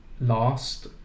last